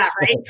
right